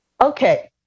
Okay